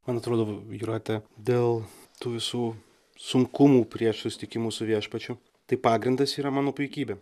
man atrodo jūrate dėl tų visų sunkumų prieš susitikimus su viešpačiu tai pagrindas yra mano puikybė